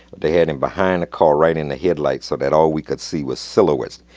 they had him behind the car, right in the headlights, so that all we could see was silhouettes,